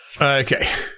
Okay